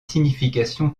significations